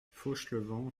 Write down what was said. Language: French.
fauchelevent